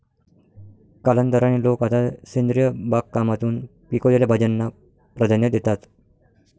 कालांतराने, लोक आता सेंद्रिय बागकामातून पिकवलेल्या भाज्यांना प्राधान्य देतात